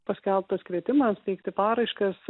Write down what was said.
paskelbtas kvietimas teikti paraiškas